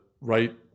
right